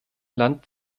land